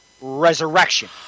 resurrection